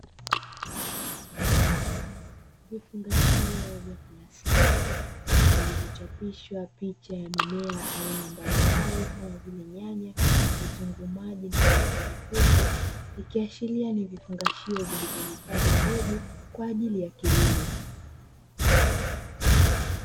Vifungashio vya plastiki vilivyochapishwa picha ya mimea aina mbalimbali kama vile nyanya, vitunguu maji na pilipili hoho, ikiashiria ni vifungashio vilivyohifadhi mbegu kwa ajili ya kilimo.